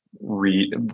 read